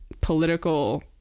political